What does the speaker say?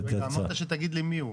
אמרת שתגיד לי מי הוא.